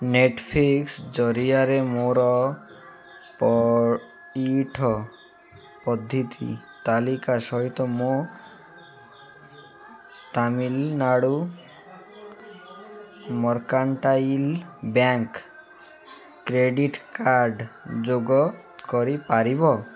Netflix ଜରିଆରେ ମୋର ପଇଠ ପଦ୍ଧତି ତାଲିକା ସହିତ ମୋ Tamil Nadu mercantile bank credit card ଯୋଗ କରିପାରିବ